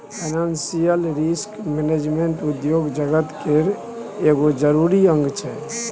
financial risk management उद्योग जगत केर एगो जरूरी अंग छै